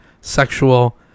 sexual